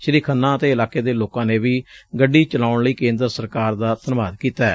ਸ੍ਰੀ ਖੰਨਾ ਅਤੇ ਇਲਾਕੇ ਦੇ ਲੋਕਾਂ ਨੇ ਵੀ ਗੱਡੀ ਚਲਾਉਣ ਲਈ ਕੇਂਦਰ ਸਰਕਾਰ ਦਾ ਧੰਨਵਾਦ ਕੀਤੈ